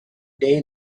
day